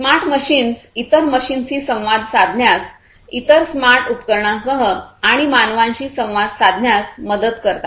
smart machines इतर मशीनशी संवाद साधण्यास इतर स्मार्ट उपकरणांसह आणि मानवांशी संवाद साधण्यास मदत करतात